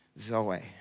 Zoe